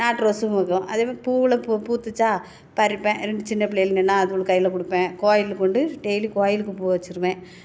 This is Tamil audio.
நாட்டு ரோஸும் அப்படி தான் அதே மாதிரி பூவில் பூ பூத்துச்சா பறிப்பேன் ரெண்டு சின்ன பிள்ளைகளு நின்றா அதுகளுக்கு கையில் கொடுப்பேன் கோயிலுக்கு உண்டு டெய்லி கோயிலுக்கு பூ வச்சுருவேன்